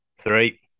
Three